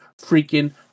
freaking